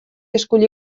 escollir